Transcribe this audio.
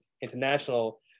international